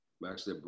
Max